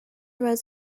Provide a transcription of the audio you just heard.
rows